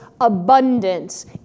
abundance